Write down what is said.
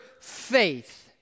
faith